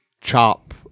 chop